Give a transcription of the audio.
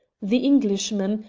the englishman,